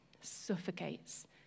suffocates